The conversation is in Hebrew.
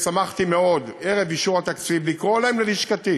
ושמחתי מאוד ערב אישור התקציב לקרוא להם ללשכתי